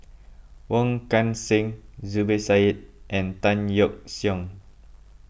Wong Kan Seng Zubir Said and Tan Yeok Seong